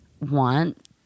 want